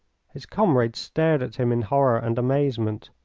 his comrade stared at him in horror and amazement.